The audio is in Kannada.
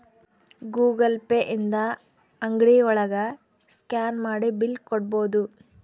ಗೂಗಲ್ ಪೇ ಇಂದ ಅಂಗ್ಡಿ ಒಳಗ ಸ್ಕ್ಯಾನ್ ಮಾಡಿ ಬಿಲ್ ಕಟ್ಬೋದು